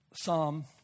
Psalm